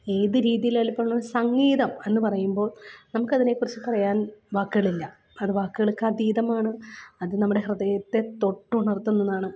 ഏത് രീതിയിലായാൽ പോലും സംഗീതം എന്ന് പറയുമ്പോൾ നമുക്കതിനെക്കുറിച്ച് പറയാൻ വാക്കുകളില്ല അത് വാക്കുകൾക്കതീതമാണ് അത് നമ്മുടെ ഹൃദയത്തെ തൊട്ടുണർത്തുന്നതാണ്